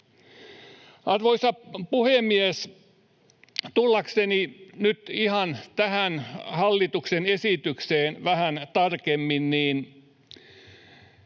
Arvoisa puhemies! Tullakseni nyt ihan tähän hallituksen esitykseen vähän tarkemmin